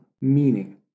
meaning